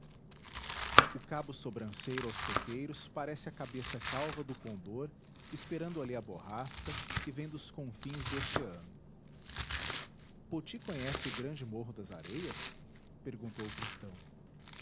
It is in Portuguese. o cabo sobranceiro aos coqueiros parece a cabeça calva do condor esperando ali a borrasca que vem dos confins do oceano poti conhece o grande morro das areias perguntou o cristão